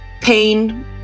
pain